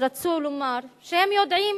רצו לומר שהם יודעים